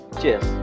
Cheers